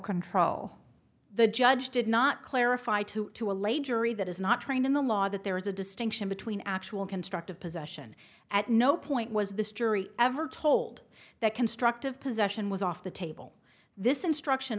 control the judge did not clarify to to a lay jury that is not trained in the law that there is a distinction between actual constructive possession at no point was this jury ever told that constructive possession was off the table this instruction